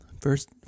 first